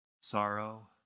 sorrow